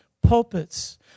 pulpits